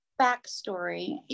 backstory